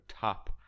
top